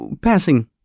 passing